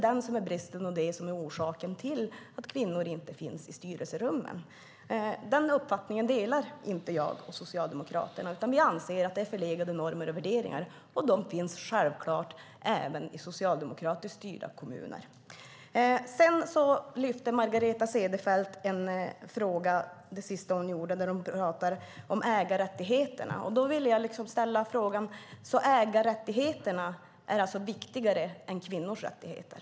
Den bristen är orsaken till att kvinnor inte finns i styrelserummen. Jag och Socialdemokraterna delar inte den uppfattningen, utan vi anser att det är förlegade normer och värderingar, och de finns självfallet även i socialdemokratiskt styrda kommuner. Det sista Margareta Cederfelt gjorde var att prata om ägarrättigheter. Då vill jag ställa en fråga. Är ägarrättigheterna viktigare än kvinnors rättigheter?